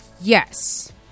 yes